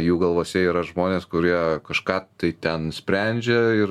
jų galvose yra žmonės kurie kažką tai ten sprendžia ir